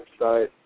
website